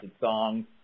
songs